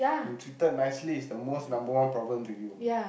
treated nicely is the most number one problem to you